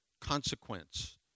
consequence